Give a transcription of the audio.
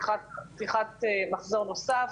פתיחת מחזור נוסף,